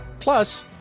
plus